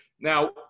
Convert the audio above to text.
Now